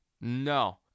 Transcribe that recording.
No